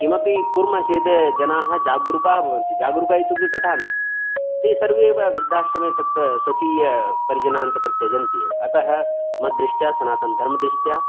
किमपि कुर्मः चेत् जनाः जागरूकाः भवन्ति जागरूकाः इत्युक्ते तथा न ते सर्वे एव वृद्धाश्रमे तत्र स्वकीयपरिजनां तत्र ते त्यजन्ति एव अतः मत् दृष्ट्या सनातनधर्मदृष्ट्या